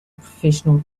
professional